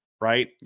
right